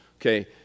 Okay